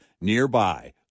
nearby